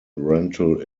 rental